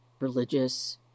religious